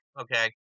okay